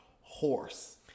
horse